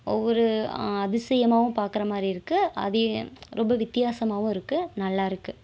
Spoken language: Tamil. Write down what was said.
ஒவ்வொரு அதிசயமாகவும் பார்க்குற மாதிரி இருக்குது அதே ரொம்ப வித்தியாசமாகவும் இருக்குது நல்லா இருக்குது